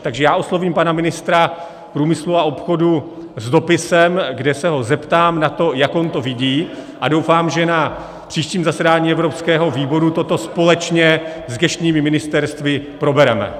Takže já oslovím pana ministra průmyslu a obchodu s dopisem, kde se ho zeptám na to, jak on to vidí, a doufám, že na příštím zasedání evropského výboru toto společně s gesčními ministerstvy probereme.